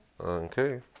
Okay